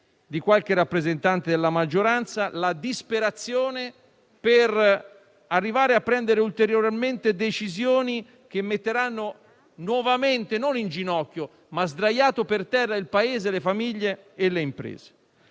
di qualche rappresentante della maggioranza, la disperazione) a prendere ulteriori decisioni che metteranno nuovamente non in ginocchio, ma a terra il Paese, le famiglie e le imprese.